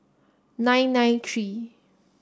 nine nine three